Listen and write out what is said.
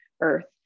earth